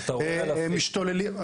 משתוללים,